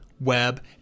web